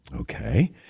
Okay